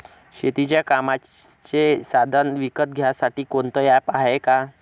शेतीच्या कामाचे साधनं विकत घ्यासाठी कोनतं ॲप हाये का?